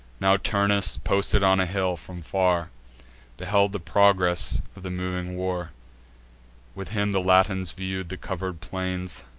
now turnus, posted on a hill, from far beheld the progress of the moving war with him the latins view'd the cover'd plains,